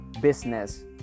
business